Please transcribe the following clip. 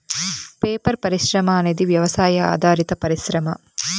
paper పరిశ్రమ అనేది వ్యవసాయ ఆధారిత పరిశ్రమ